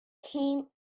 came